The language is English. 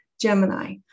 Gemini